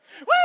Woo